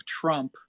Trump